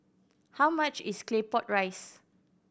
how much is Claypot Rice